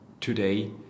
today